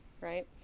right